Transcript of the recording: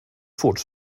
fort